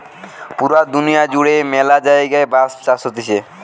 পুরা দুনিয়া জুড়ে ম্যালা জায়গায় বাঁশ চাষ হতিছে